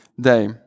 day